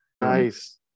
Nice